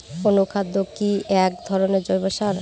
অনুখাদ্য কি এক ধরনের জৈব সার?